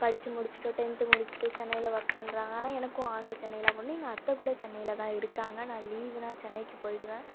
படிச்சு முடிச்சுட்டு டென்த்து முடிச்சுட்டு சென்னையில் ஒர்க் பண்ணுறாங்க ஆனால் எனக்கும் ஆசை சென்னையிலாம் போகணுன்னு எங்கள் அத்தை கூட சென்னையில் தான் இருக்காங்க நான் லீவுனால் சென்னைக்கு போயிடுவேன்